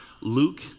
Luke